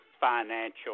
financial